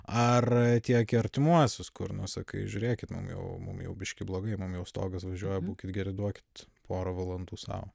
ar tiek į artimuosius kur nu sakai žiūrėkit mum jau mum jau biškį blogai mum jau stogas važiuoja būkit geri duokit porą valandų sau